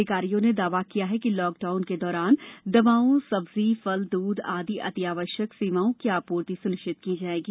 अधिकारियों ने दावा किया कि लॉकडाउन के दौरान दवाओ सब्जी फल दूध आदि अतिआवश्यक सेवाओं की आपूर्ति सुनिश्चित की जाएगी